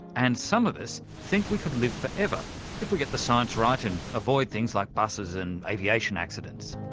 and some of us think we could live forever if we get the science right and avoid things like buses and aviation accidents.